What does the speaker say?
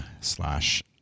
slash